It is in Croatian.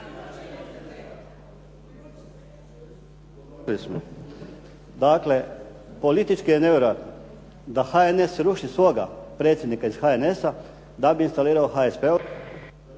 Dakle, politički je nevjerojatno da HNS ruši svoga predsjednika iz HNS-a da bi instalirao HSP